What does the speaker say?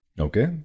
Okay